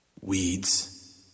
Weeds